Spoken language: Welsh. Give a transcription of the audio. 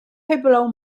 heblaw